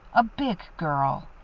a big girl.